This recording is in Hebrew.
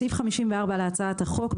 בסעיף 54 להצעת החוק,